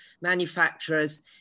manufacturers